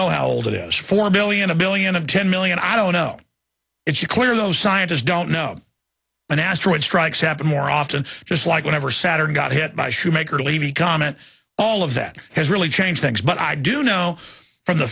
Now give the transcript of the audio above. know how old it is four billion a billion of ten million i don't know it's clear those scientists don't know an asteroid strikes happened more often just like whenever saturn got hit by shoemaker levy comment all of that has really changed things but i do know from the